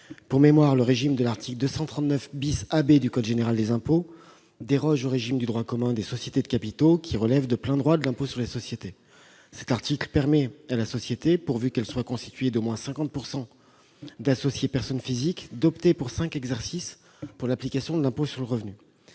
Pour mémoire, le régime de l'article 239 AB du code général des impôts déroge au régime du droit commun des sociétés de capitaux, qui relèvent de plein droit de l'impôt sur les sociétés. Cet article permet à la société, pourvu qu'elle soit constituée d'au moins 50 % d'associés personnes physiques, d'opter pendant cinq exercices pour l'application de l'impôt sur le revenu.